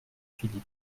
philippe